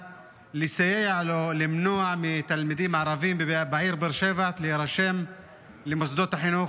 שיסייעו לו למנוע מתלמידים ערבים בעיר באר שבע להירשם למוסדות החינוך.